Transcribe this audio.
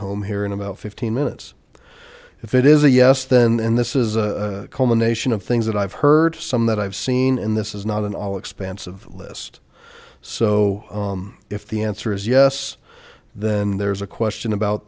home here in about fifteen minutes if it is a yes then and this is a culmination of things that i've heard some that i've seen in this is not an all expansive list so if the answer is yes then there's a question about